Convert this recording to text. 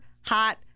hot